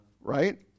right